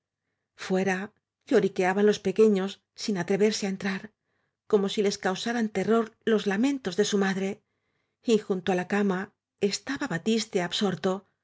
fuera lloriqueaban los pequeños sin atreverse á entrar como si les causaran terror los lamentos de su madre y junto á la cama estaba batiste absorto